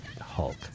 Hulk